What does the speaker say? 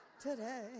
today